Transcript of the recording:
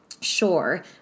sure